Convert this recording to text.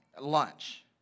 lunch